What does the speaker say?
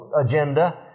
agenda